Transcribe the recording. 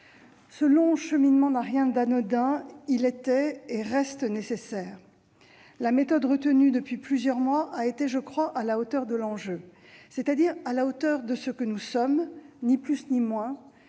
Ce long cheminement n'a rien d'anodin ; il était et reste nécessaire. La méthode retenue depuis plusieurs mois a été, je crois, à la hauteur de l'enjeu, c'est-à-dire à la hauteur de ce que nous sommes, ni plus ni moins